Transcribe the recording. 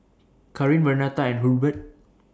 Kareen Vernetta and Hurbert